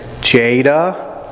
Jada